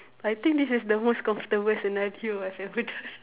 I think this is the most comfortable scenario I've ever done